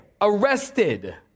arrested